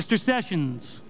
mr sessions